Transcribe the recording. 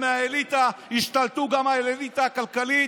מהאליטה הם השתלטו גם על האליטה הכלכלית,